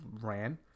ran